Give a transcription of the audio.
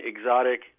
exotic